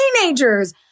teenagers